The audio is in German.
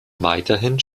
weiterhin